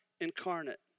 incarnate